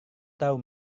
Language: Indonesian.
tahu